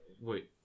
wait